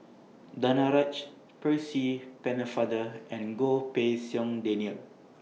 Danaraj Percy Pennefather and Goh Pei Siong Daniel